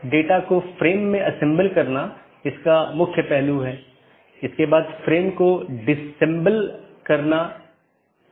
या एक विशेष पथ को अमान्य चिह्नित करके अन्य साथियों को विज्ञापित किया जाता है